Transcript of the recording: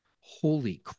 holy